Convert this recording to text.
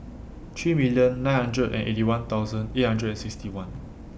three million nine hundred and Eighty One thousand eight hundred and sixty one